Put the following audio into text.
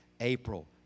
april